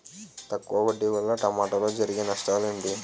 తక్కువ తడి వల్ల టమోటాలో జరిగే నష్టాలేంటి?